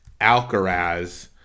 Alcaraz